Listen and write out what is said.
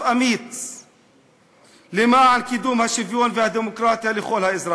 אמיץ למען קידום השוויון והדמוקרטיה לכל האזרחים.